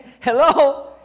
Hello